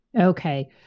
Okay